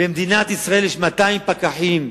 במדינת ישראל יש 200 פקחים.